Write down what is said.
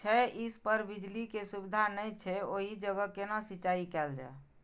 छै इस पर बिजली के सुविधा नहिं छै ओहि जगह केना सिंचाई कायल जाय?